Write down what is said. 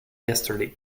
yesterday